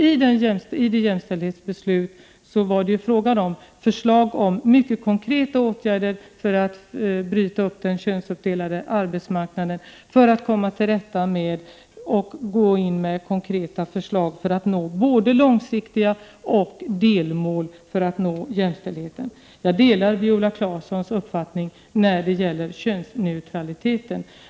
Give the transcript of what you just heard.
I det aktuella jämställdhetsbeslutet handlade det om mycket konkreta åtgärder för att bryta upp den könsuppdelade arbetsmarknaden och gå in med konkreta förslag för att nå både långsiktiga mål och delmål, för att nå jämställdhet. Jag delar Viola Claessons uppfattning när det gäller könsneutraliteten.